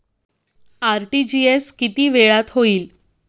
RTGS किती वेळात होईल?